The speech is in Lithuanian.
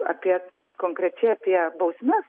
apie konkrečiai apie bausmes